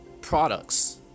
products